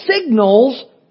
signals